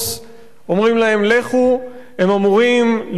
הם אמורים לישון בגינה או ברחוב.